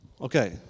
Okay